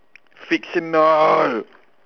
fictional